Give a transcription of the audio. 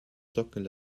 tochen